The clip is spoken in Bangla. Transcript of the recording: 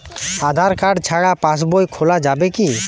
আধার কার্ড ছাড়া পাশবই খোলা যাবে কি?